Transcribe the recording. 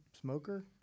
smoker